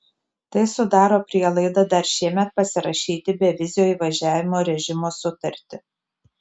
tai sudaro prielaidą dar šiemet pasirašyti bevizio įvažiavimo režimo sutartį